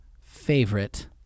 Favorite